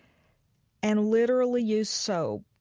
and literally use so